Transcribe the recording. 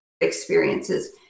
experiences